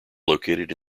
located